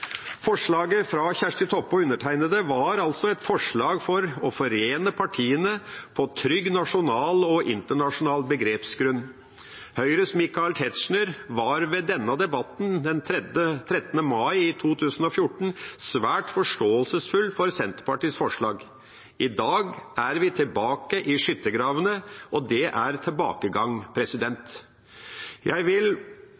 Forslaget fra Kjersti Toppe og undertegnede var altså et forslag for å forene partiene på trygg nasjonal og internasjonal begrepsgrunn. Høyres Michael Tetzschner var ved denne debatten den 13. mai 2014 svært forståelsesfull for Senterpartiets forslag. I dag er vi tilbake i skyttergravene, og det er tilbakegang.